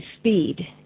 speed